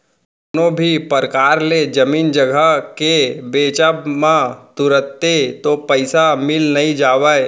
कोनो भी परकार ले जमीन जघा के बेंचब म तुरते तो पइसा मिल नइ जावय